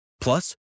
Plus